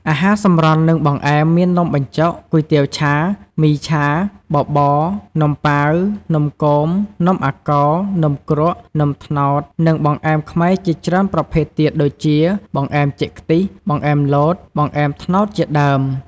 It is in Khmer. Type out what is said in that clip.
អាហារសម្រន់ និងបង្អែម មាននំបញ្ចុក គុយទាវឆា មីឆា បបរ នំប៉ាវ នំគម នំអាកោ នំគ្រក់ នំត្នោត និងបង្អែមខ្មែរជាច្រើនប្រភេទទៀត ដូចជា បង្អែមចេកខ្ទិះ បង្អែមលត បង្អែមត្នោតជាដើម។